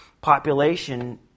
population